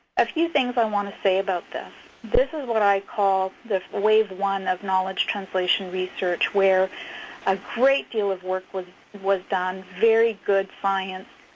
a few things i want to say about this this is what i call the wave one of knowledge translation research where a great deal of work was was done, very good science.